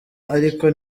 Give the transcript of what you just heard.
ariko